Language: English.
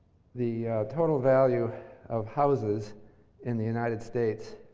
the total value of houses in the united states